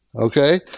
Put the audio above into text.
Okay